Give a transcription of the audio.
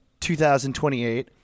2028